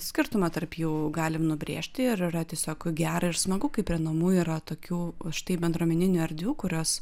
skirtumą tarp jų galim nubrėžti ir yra tiesiog gera ir smagu kai prie namų yra tokių štai bendruomeninių erdvių kurios